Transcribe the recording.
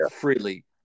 freely